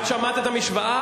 את שמעת את המשוואה?